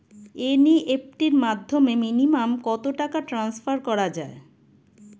NEFT র মাধ্যমে minimum কত টাকা ট্রান্সফার করা যায়?